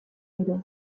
gero